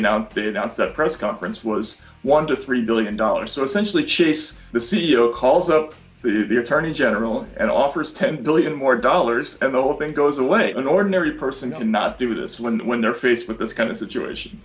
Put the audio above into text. announce they announced that press conference was one to three billion dollars so essentially chase the c e o calls up the attorney general and offers ten billion more dollars and the whole thing goes away an ordinary person cannot do this when when they're faced with this kind of situation